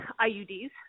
IUDs